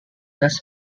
thus